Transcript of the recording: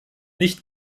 nicht